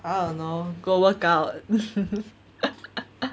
I don't know go work out